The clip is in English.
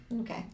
Okay